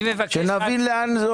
תמונת המצב